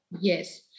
Yes